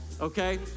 okay